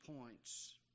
points